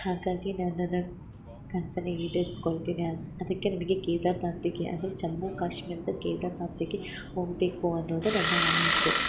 ಹಾಗಾಗಿ ನಾನು ನನ್ನ ಕನ್ಸನ್ನು ಈಡೇರ್ಸ್ಕೊಳ್ತೇನೆ ಅದಕ್ಕೆ ನನಗೆ ಕೇದರ್ನಾಥಿಗೆ ಅದು ಜಮ್ಮು ಕಾಶ್ಮೀರದ ಕೇದರ್ನಾಥಿಗೆ ಹೋಗಬೇಕು ಅನ್ನೋದು ನನ್ನ ಆಸೆ